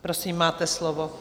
Prosím, máte slovo.